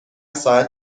ساعت